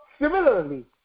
similarly